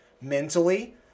mentally